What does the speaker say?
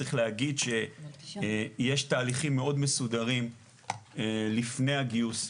צריך להגיד שיש תהליכים מאוד מסודרים לפני הגיוס,